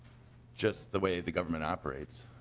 just the way the government operates